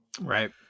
Right